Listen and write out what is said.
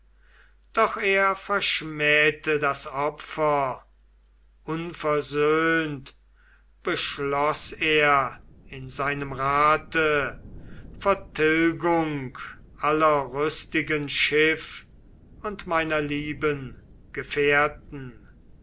doch er verschmähte das opfer unversöhnt beschloß er in seinem rate vertilgung aller rüstigen schiff und meiner lieben gefährten